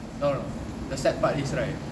no no the sad part is right